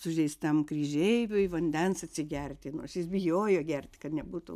sužeistam kryžeiviui vandens atsigerti nors jis bijojo gerti kad nebūtų